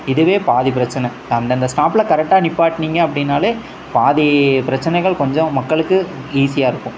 இதுவே பாதி பிரச்சனை அந்தந்த ஸ்டாப்பில் கரெக்டாக நிற்பாட்னிங்க அப்படின்னாலே பாதி பிரச்சினைகள் கொஞ்சம் மக்களுக்கு ஈஸியாக இருக்கும்